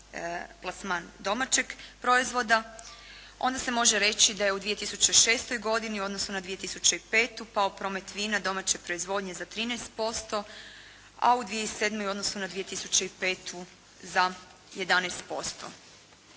plasman domaćeg proizvoda onda se može reći da je u 2006. godini u odnosu na 2005. pao promet vina domaće proizvodnje za 13%. A u 2007. u odnosu na 2005. za 11%.